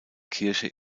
kirche